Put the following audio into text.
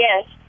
Yes